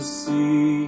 see